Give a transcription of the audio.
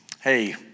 Hey